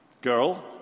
girl